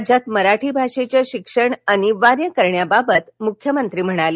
राज्यात मराठी भाषेचं शिक्षण अनिवार्य करण्याबाबत मुख्यमंत्री म्हणाले